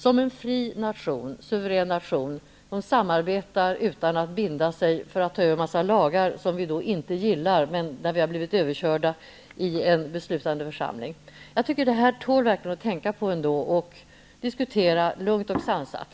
Det skall Sverige göra som en fri, suverän, nation som samarbetar utan att binda sig för att ta över en mängd lagar som inte gillas från svensk sida men som följer med om vi blir överkörda i en beslutande församling. Det här tål verkligen att tänka på, och det tål att diskuteras lugnt och sansat.